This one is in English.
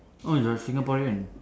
oh you're Singaporean